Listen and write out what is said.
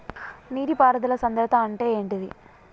నీటి పారుదల సంద్రతా అంటే ఏంటిది?